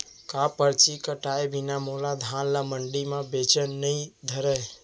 का परची कटाय बिना मोला धान ल मंडी म बेचन नई धरय?